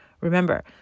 Remember